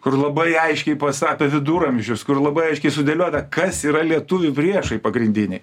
kur labai aiškiai pasa pė viduramžius kur labai aiškiai sudėliota kas yra lietuvių priešai pagrindiniai